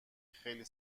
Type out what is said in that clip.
خیلی